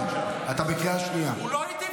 אנחנו רוצים את החטופים